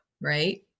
right